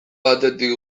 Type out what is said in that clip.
batetik